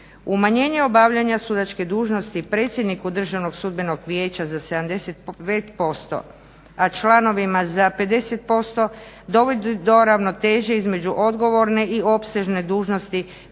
Umanjenje obavljanja sudačke dužnosti predsjedniku Državnom sudbenom vijeća za 75% a članovima za 50% dovodi do ravnoteže između odgovorne i opsežne dužnosti